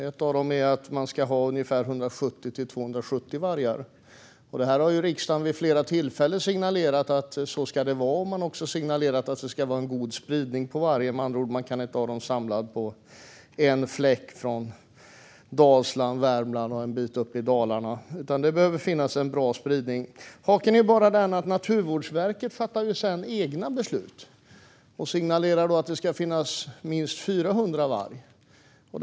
Ett av dem är att man ska ha ungefär 170-270 vargar, och riksdagen har vid flera tillfällen signalerat att så ska det vara. Man har också signalerat att det ska vara en god spridning på vargen. Man kan med andra ord inte ha dem samlade på en fläck från Dalsland, Värmland och en bit upp i Dalarna, utan det behöver vara en bra spridning. Haken är bara den att Naturvårdsverket sedan fattar egna beslut och signalerar att det ska finnas minst 400 vargar.